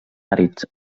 àrids